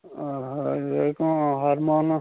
ଏ କ'ଣ ହର୍ମୋନ୍